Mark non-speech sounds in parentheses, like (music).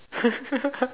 (laughs)